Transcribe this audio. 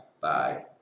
Bye